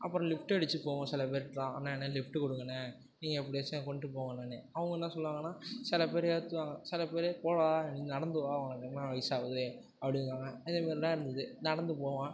அப்புறம் லிஃப்ட் அடிச்சு போவோம் சில பேர்ட்டலாம் அண்ணா அண்ணா லிஃப்ட்டு கொடுங்கண்ண நீங்கள் எப்படியாச்சும் கொண்டு போங்கண்ணனு அவங்க என்ன சொல்லுவாங்கன்னால் சில பேர் ஏற்றுவாங்க சில பேர் போடா நீ நடந்து வா உனக்கென்ன வயசாகுது அப்படிங்குவாங்க இது மாதிரிலாம் இருந்தது நடந்து போவேன்